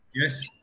Yes